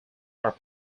are